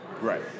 Right